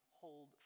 hold